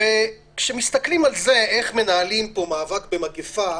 כשמסתכלים איך מנהלים פה מאבק במגפה,